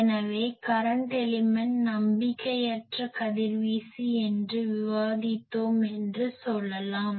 எனவே current element நம்பிக்கையற்ற கதிர்வீசி என்று விவாதித்தோம் என்று சொல்லலாம்